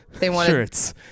shirts